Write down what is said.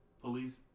police